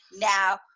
now